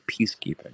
peacekeeping